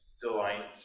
delight